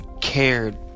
cared